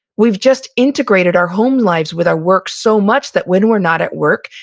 we've just integrated our home lives with our work so much that when we're not at work,